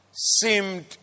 seemed